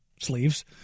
sleeves